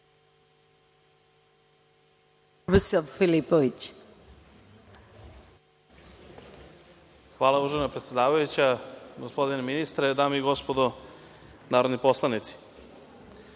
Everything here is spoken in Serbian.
Hvala, uvažena predsedavajuća. Gospodine ministre, dame i gospodo narodni poslanici,